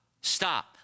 stop